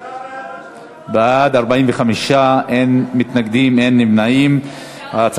לדיון מוקדם בוועדה